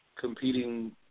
competing